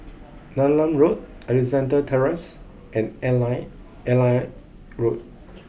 Neram Road Alexandra Terrace and Airline Airline Road